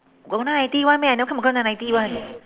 got nine ninety [one] meh I never come across nine ninety [one]